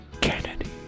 Kennedy